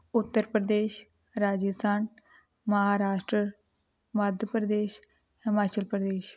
Uttar Pradesh Rajasthan Maharashtra Madhya Pradesh Himachal Pradesh